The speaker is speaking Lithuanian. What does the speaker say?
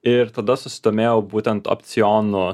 ir tada susidomėjau būtent opcionu